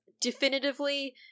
definitively